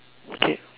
okay